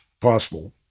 possible